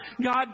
God